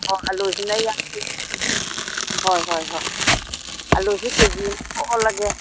ꯍꯣ ꯑꯜꯂꯨꯁꯤꯅ ꯌꯥꯡꯈꯩꯒꯤ ꯍꯣꯏ ꯍꯣꯏ ꯍꯣꯏ ꯑꯜꯂꯨꯖꯤ ꯀꯦꯖꯤ ꯑꯃ ꯈꯛ ꯑꯣꯜꯂꯒꯦ